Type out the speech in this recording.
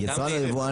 (א) יצרן או יבואן,